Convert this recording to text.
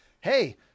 hey